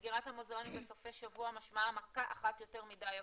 סגירת המוזיאונים בסופי שבוע משמעה מכה אחת יותר מדי עבורם.